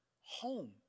home